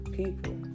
people